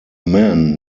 man